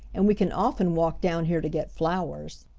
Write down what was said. and we can often walk down here to get flowers.